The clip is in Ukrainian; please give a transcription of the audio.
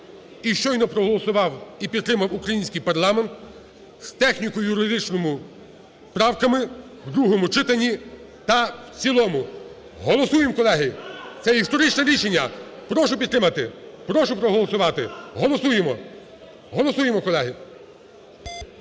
і щойно проголосував, і підтримав український парламент з техніко-юридичними правками у другому читанні та в цілому. Голосуємо, колеги, це історичне рішення. Прошу підтримати, прошу проголосувати, голосуємо, голосуємо, колеги.